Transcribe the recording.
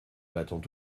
l’attends